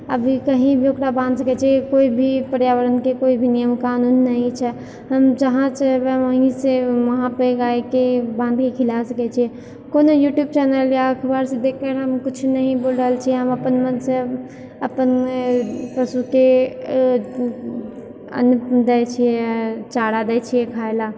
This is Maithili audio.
अभी कहीँ भी ओकरा बान्हि सकै छिए कोइ भी पर्यावरणके कोइ भी नियम कानून नहि छै हम जहाँ चाही वहीँसँ ओकरा वहाँपर बान्हिकऽ गाइके खिला सकै छिए कोनो यूट्यूब चैनल या अखबारसँ देखिकऽ हम किछु नहि बोलि रहल छिए हम अपन मोनसँ अपन पशुके अन्न दै छिए चारा दै छिए खाइलए